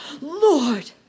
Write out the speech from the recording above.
Lord